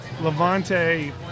Levante